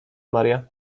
maria